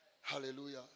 Hallelujah